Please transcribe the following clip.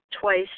twice